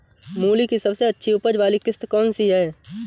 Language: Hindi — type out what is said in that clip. मूली की सबसे अच्छी उपज वाली किश्त कौन सी है?